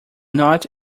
not